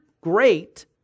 great